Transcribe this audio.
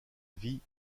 vie